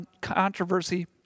controversy